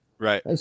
Right